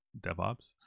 DevOps